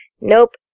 Nope